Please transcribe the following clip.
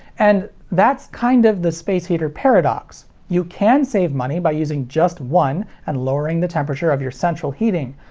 and that's kind of the space heater paradox. you can save money by using just one and lowering the temperature of your central heating.